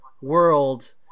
world